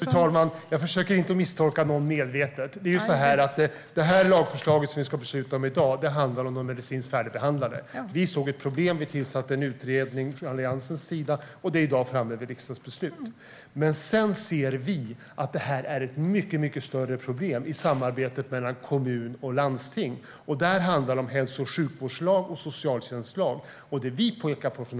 Fru talman! Jag försöker inte misstolka någon medvetet. Det här lagförslaget, som vi ska besluta om i dag, handlar om de medicinskt färdigbehandlade. Vi i Alliansen såg ett problem. Vi tillsatte en utredning. Det är i dag framme vid riksdagsbeslut. Vi ser dock att det här är ett mycket större problem när det gäller samarbetet mellan kommun och landsting. Där handlar det om hälso och sjukvårdslag och socialtjänstlag.